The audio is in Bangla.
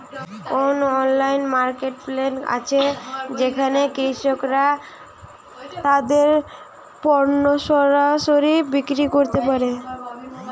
কোন অনলাইন মার্কেটপ্লেস আছে যেখানে কৃষকরা তাদের পণ্য সরাসরি বিক্রি করতে পারে?